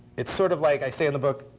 it's sort of like i say in the book.